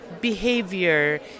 behavior